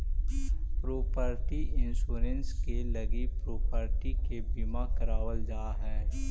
property insurance के लगी property के बीमा करावल जा हई